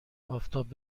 آفتاب